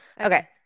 Okay